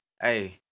Hey